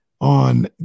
on